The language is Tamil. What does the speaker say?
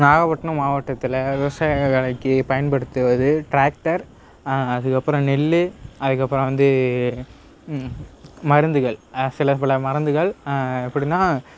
நாகப்பட்டினம் மாவட்டத்தில் விவசாய வேலைக்கு பயன்படுத்துவது ட்ராக்டர் அதுக்கப்புறம் நெல் அதுக்கப்புறம் வந்து மருந்துகள் சிலப்பல மருந்துகள் எப்படின்னா